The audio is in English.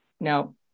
No